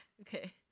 Okay